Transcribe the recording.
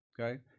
Okay